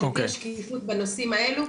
שתהיה שקיפות בנושאים האלו.